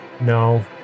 No